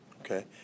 Okay